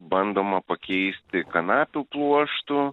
bandoma pakeisti kanapių pluoštu